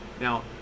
Now